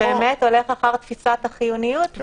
זה באמת הולך אחר תפיסת החיוניות,